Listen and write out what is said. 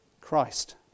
Christ